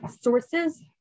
sources